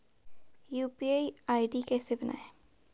UPI ID कैसे बनायें?